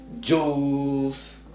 Jules